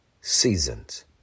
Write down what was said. seasons